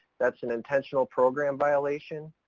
that's an intentional program violation.